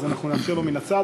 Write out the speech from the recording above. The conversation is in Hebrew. אז נאפשר לו מן הצד,